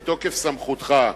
בתוקף סמכותך,